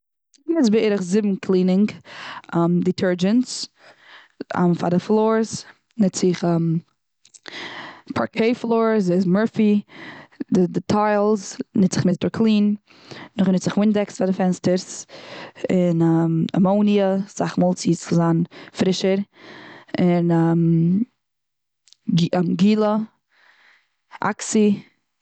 איך ניץ בערך זיבן קלינינג דיטערטשינס. פאר די פלארס ניץ איך, פארקעי פלארס איז מורפי, ד- די טיילס נוץ איך מיסטער קליען. נאך דעם ניץ איך ווינדעקס פאר די פענסטערס, און אמאוניע אסאך מאל ס'זאל זיין פרישער, און ג- גילא אקסי.